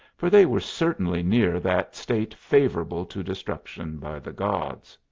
for they were certainly near that state favourable to destruction by the gods.